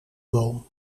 boom